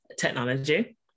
technology